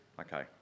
Okay